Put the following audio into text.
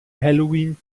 halloween